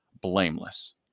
blameless